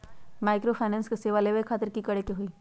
Microfinance के सेवा लेबे खातीर की करे के होई?